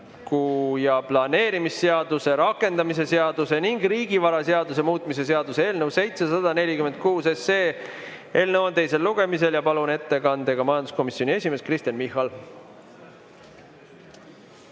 ja planeerimisseaduse rakendamise seaduse ning riigivaraseaduse muutmise seaduse eelnõu 746. Eelnõu on teisel lugemisel. Palun ettekandega siia majanduskomisjoni esimehe Kristen Michali!